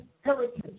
heritage